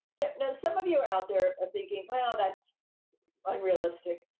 you know some of you are out there ah thinking, well, that's unrealistic.